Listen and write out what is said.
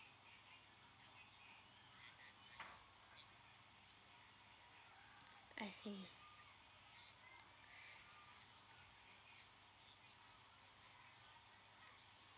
I see